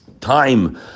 time